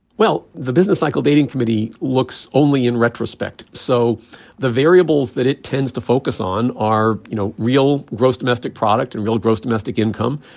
well, the business cycle dating committee looks only in retrospect. so the variables that it tends to focus on are you know real gross domestic product and real gross domestic income,